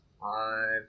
five